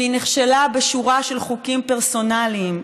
והיא נכשלה בשורה של חוקים פרסונליים,